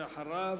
אחריו,